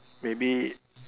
maybe